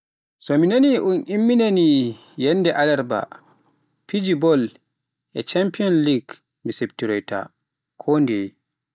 So mi nani un inni ni yannde Alarba, fiji bol e champions league mi siptoroyta, kondeye.